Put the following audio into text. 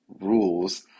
rules